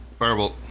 Firebolt